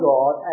God